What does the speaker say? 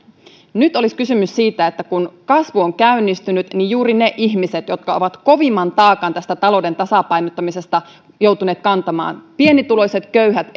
nyt olisi kysymys siitä että kun kasvu on käynnistynyt niin juuri niiden ihmisten jotka ovat kovimman taakan tästä talouden tasapainottamisesta joutuneet kantamaan pienituloiset köyhät